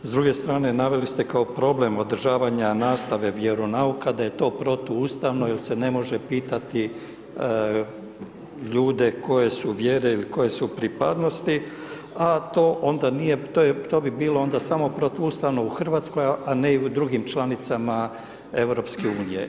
S druge strane, naveli ste kao problem održavanja nastave vjeronauka da je to protuustavno jer se ne može pitati ljude koje su vjere ili koje su pripadnosti, a to onda nije, to bi bilo onda samo protuustavno u Hrvatskoj, a ne i u drugim članicama Europske unije.